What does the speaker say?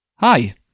Hi